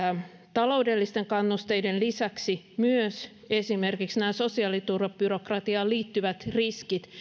taloudellisten kannusteiden lisäksi myös esimerkiksi nämä sosiaaliturvabyrokratiaan liittyvät riskit